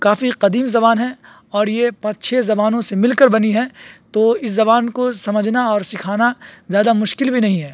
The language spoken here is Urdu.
کافی قدیم زبان ہے اور یہ پانچ چھ زبانوں سے مل کر بنی ہے تو اس زبان کو سمجھنا اور سکھانا زیادہ مشکل بھی نہیں ہے